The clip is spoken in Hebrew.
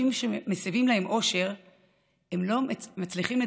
שלפעמים מספיקים כדי לעשות לאחר את היום.